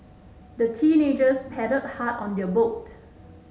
the teenagers paddled hard on their boat